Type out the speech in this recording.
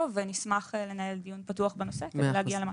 ונשמח לנהל דיון פתוח בנושא ולהגיע למשהו.